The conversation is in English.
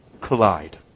collide